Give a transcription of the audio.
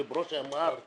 כפי שברושי אמר,